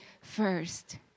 first